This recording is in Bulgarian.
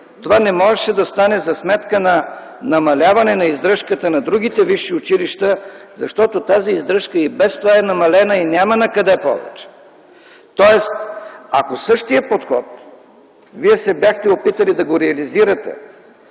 това не можеше да стане за сметка на намаляване на издръжката на другите висши училища, защото тази издръжка и без това е намалена и няма накъде повече. Тоест, ако се бяхте опитали да реализирате